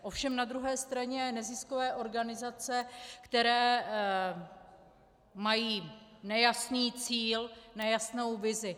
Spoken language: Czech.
Ovšem na druhé straně neziskové organizace, které mají nejasný cíl, nejasnou vizi.